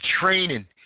training